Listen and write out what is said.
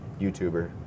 YouTuber